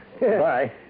Bye